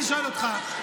והוא שואל אותך,